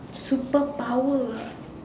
superpower ah